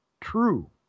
true